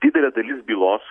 didelė dalis bylos